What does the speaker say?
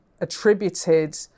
attributed